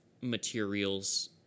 materials